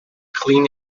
clean